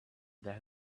there